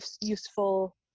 useful